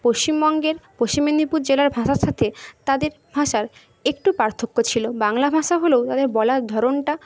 পশ্চিমবঙ্গের পশ্চিম মেদিনীপুর জেলার ভাষার সাথে তাদের ভাষার একটু পার্থক্য ছিল বাংলা ভাষা হলেও তাদের বলার ধরনটা